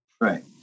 Right